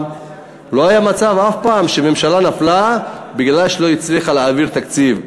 ולא היה אף פעם מצב שממשלה נפלה בגלל שהיא לא הצליחה להעביר תקציב.